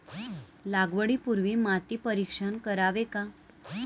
लागवडी पूर्वी माती परीक्षण करावे का?